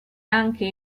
anche